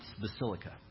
Basilica